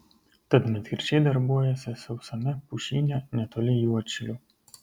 tad medkirčiai darbuojasi sausame pušyne netoli juodšilių